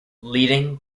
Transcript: leading